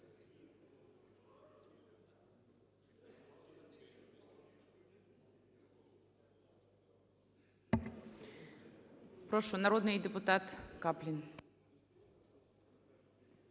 Прошу, народний депутат Каплін.